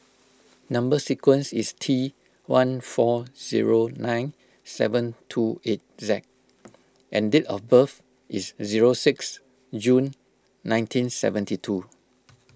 Number Sequence is T one four zero nine seven two eight Z and date of birth is zero six June nineteen seventy two